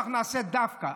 אנחנו נעשה דווקא,